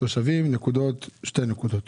תושבים שתי נקודות,